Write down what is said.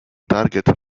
target